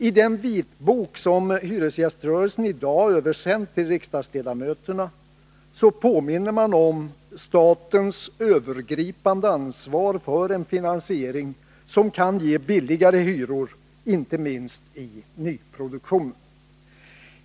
I den ”vitbok” som hyresgäströrelsen i dag översänt till riksdagsledamöterna påminner man om statens övergripande ansvar för en finansiering som kan ge billigare hyror inte minst i nyproduktionen.